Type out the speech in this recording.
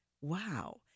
Wow